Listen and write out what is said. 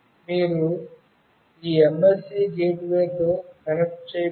మీరు ఈ MSC గేట్వేతో కనెక్ట్ చేయబడింది